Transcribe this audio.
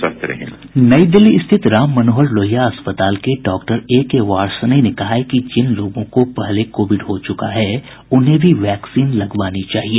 bite नई दिल्ली स्थिति राम मनोहर लोहिया अस्पताल के डॉक्टर एके बार्ष्णेय ने कहा है कि जिन लोगों को पहले कोविड हो चुका है उन्हें भी वैक्सीन लगवानी चाहिए